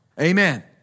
Amen